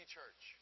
Church